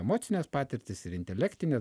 emocines patirtis ir intelektinę